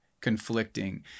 conflicting